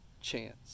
chance